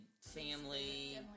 family